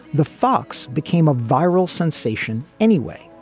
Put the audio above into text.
the fox became a viral sensation anyway,